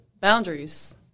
Boundaries